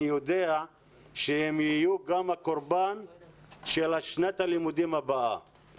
יודע שגם בשנת הלימודים הבאה הם יהיו הקורבן.